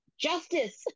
justice